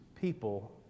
people